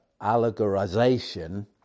allegorization